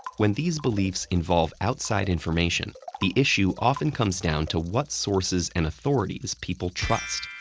when these beliefs involve outside information, the issue often comes down to what sources and authorities people trust.